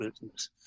business